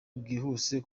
bwihuse